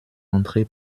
entrée